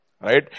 Right